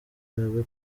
abe